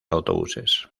autobuses